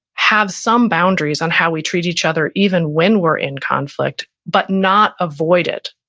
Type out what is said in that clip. have some boundaries on how we treat each other even when we're in conflict but not avoid it.